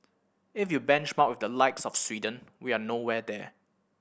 if you benchmark with the likes of Sweden we're nowhere there